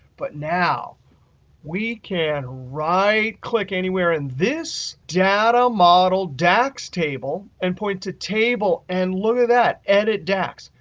but now we can right-click anywhere in this data model dax table and point to table. and look at that, edit dax.